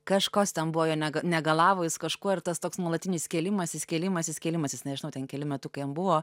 kažkos ten buvo jo neg negalavo jis kažkuo ir tas toks nuolatinis kėlimasis kėlimasis kėlimasis nežinau ten keli metukai jam buvo